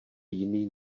jiný